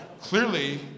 clearly